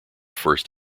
first